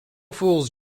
fools